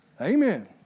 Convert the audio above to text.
Amen